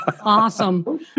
Awesome